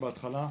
בהתחלה,